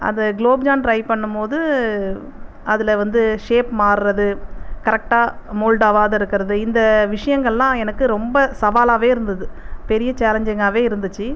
அது குலோப்ஜான் ட்ரை பண்ணும்போது அதில் வந்து ஷேப் மாறுரது கரக்டாக மோல்ட்டாவாத இருக்கிறது இந்த விஷயங்கள்லாம் எனக்கு ரொம்ப சவாலாவே இருந்துது பெரிய சேலஞ்சிங்காவே இருந்துச்சு